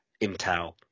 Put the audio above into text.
Intel